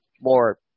more